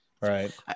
Right